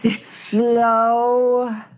slow